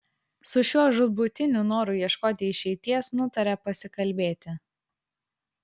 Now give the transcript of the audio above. su šiuo žūtbūtiniu noru ieškoti išeities nutarė pasikalbėti